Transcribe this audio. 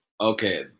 okay